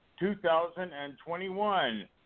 2021